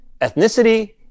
ethnicity